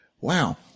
wow